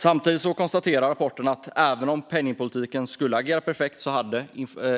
Samtidigt konstateras det i rapporten att även om penningpolitiken skulle ha agerat perfekt hade